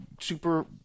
super